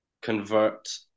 convert